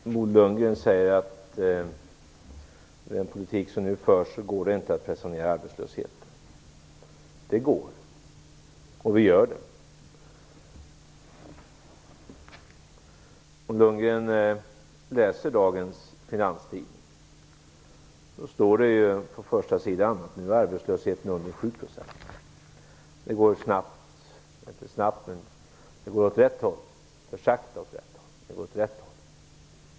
Fru talman! Bo Lundgren säger att med den politik som nu förs, går det inte att pressa ner arbetslösheten. Det går, och vi gör det. Om Bo Lundgren läser Finanstidningen av i dag finner han att det på första sidan står att arbetslösheten nu är under 7 %. Det går åt rätt håll. Det går för sakta, men det går åt rätt håll.